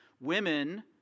Women